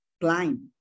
blind